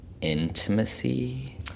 intimacy